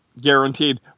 guaranteed